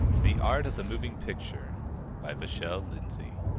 the art of the moving picture by vachel lindsay